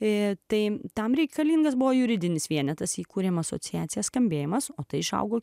ir tai tam reikalingas buvo juridinis vienetas įkūrėme asociacija skambėjimas o tai išaugo